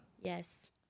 Yes